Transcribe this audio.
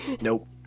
Nope